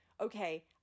Okay